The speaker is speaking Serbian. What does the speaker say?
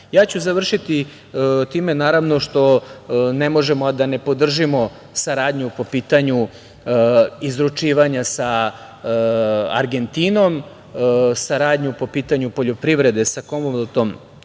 saradnju. Završiću time što ne možemo a da ne podržimo saradnju po pitanju izručivanja sa Argentinom, saradnju po pitanju poljoprivrede sa Komonveltom